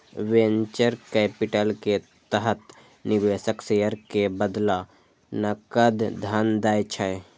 venture capital के तहत निवेशक शेयर के बदला नकद धन दै छै